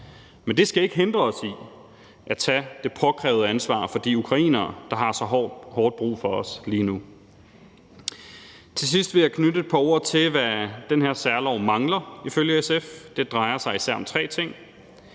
Men det skal ikke hindre os i at tage det påkrævede ansvar for de ukrainere, der har så hårdt brug for os lige nu. Til sidst vil jeg knytte et par ord til, hvad den her særlov mangler ifølge SF. Det drejer sig især om tre ting.